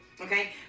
okay